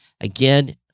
Again